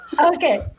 Okay